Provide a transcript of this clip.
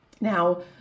Now